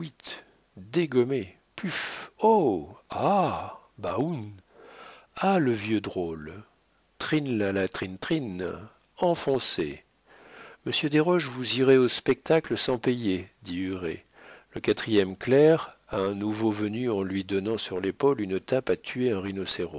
ah le vieux drôle trinn la la trinn trinn enfoncé monsieur desroches vous irez au spectacle sans payer dit huré le quatrième clerc à un nouveau venu en lui donnant sur l'épaule une tape à tuer un